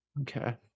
okay